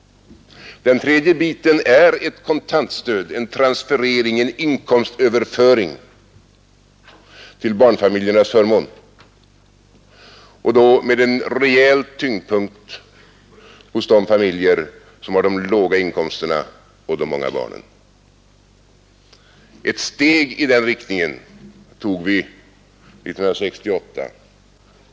3. Ett kontantstöd — en transferering, en inkomstöverföring — till barnfamiljernas förmån med en rejäl tyngdpunkt hos de familjer som har de låga inkomsterna och de många barnen. Ett steg i den riktningen tog vi 1968.